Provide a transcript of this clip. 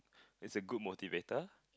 it's a good motivator